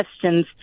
questions